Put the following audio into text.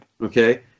Okay